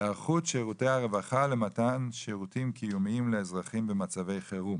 היערכות שירותי הרווחה למתן שירותים קיומיים לאזרחים במצבי חירום.